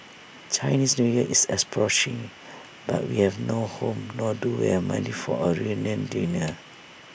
Chinese New Year is approaching but we have no home nor do we have money for A reunion dinner